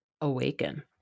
awaken